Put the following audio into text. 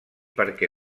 perquè